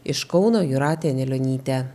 iš kauno jūratė anilionytė